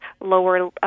lower